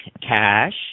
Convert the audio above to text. cash